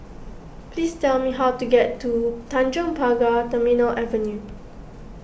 please tell me how to get to Tanjong Pagar Terminal Avenue